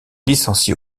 licencié